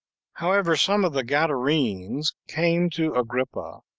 however, some of the gadarens came to agrippa,